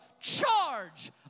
charge